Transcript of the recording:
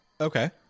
Okay